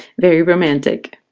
very romantic.